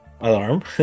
alarm